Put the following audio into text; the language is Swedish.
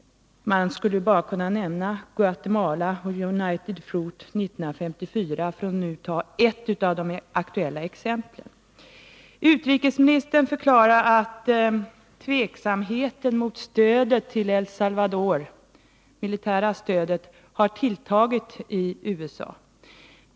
Man skulle bara kunna nämna Guatemala United Food 1954 — för att nu ta ett av de aktuella exemplen. Utrikesministern förklarar att tveksamheten mot det militära stödet till El Salvador har tilltagit i USA.